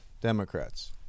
Democrats